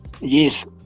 Yes